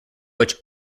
which